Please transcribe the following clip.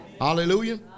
Hallelujah